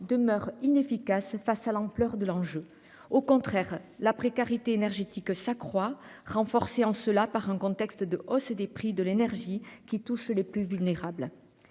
demeure inefficaces face à l'ampleur de l'enjeu au contraire la précarité énergétique s'accroît renforcer en cela par un contexte de hausse des prix de l'énergie qui touche les plus vulnérables.